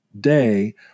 day